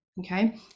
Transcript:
okay